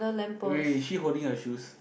eh wait she holding a shoes